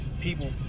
people